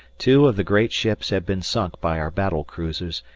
two of the great ships had been sunk by our battle cruisers,